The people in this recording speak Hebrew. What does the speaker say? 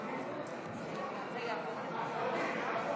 לדיון מוקדם בוועדת החוקה,